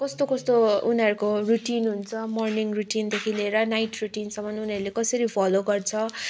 कस्तो कस्तो उनीहरूको रुटिन हुन्छ मर्निङ रुटिनदेखि लिएर नाइट रुटिनसम्म उनीहरूले कसरी फलो गर्छ